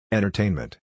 Entertainment